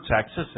Texas